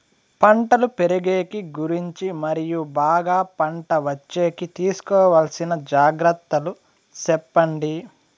పంటలు పెరిగేకి గురించి మరియు బాగా పంట వచ్చేకి తీసుకోవాల్సిన జాగ్రత్త లు సెప్పండి?